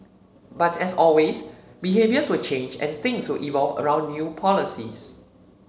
but as always behaviours will change and things will evolve around new policies